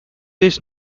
this